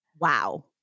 Wow